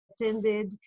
attended